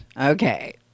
okay